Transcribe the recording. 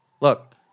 Look